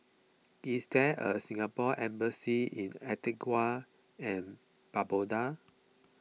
is there a Singapore Embassy in Antigua and Barbuda